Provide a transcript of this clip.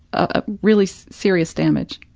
ah, really serious damage.